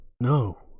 No